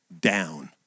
down